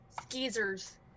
Skeezers